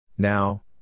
Now